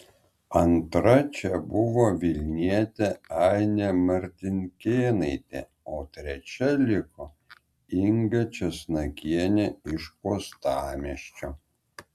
antra čia buvo vilnietė ainė martinkėnaitė o trečia liko inga česnakienė iš uostamiesčio